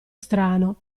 strano